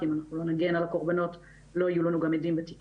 כי אם אנחנו לא נגן על הקורבנות לא יהיו לנו גם עדים בתיקים.